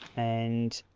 and